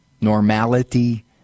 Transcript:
normality